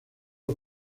los